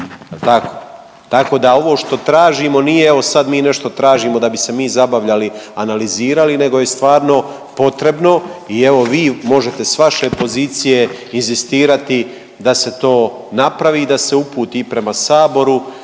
Tako da ovo što tražimo nije evo sad mi nešto tražimo da bi se mi zabavljali, analizirali nego je stvarno potrebno. I evo vi možete s vaše pozicije inzistirati da se to napravi i da se uputi i prema Saboru